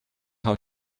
how